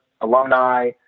alumni